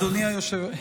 תודה רבה.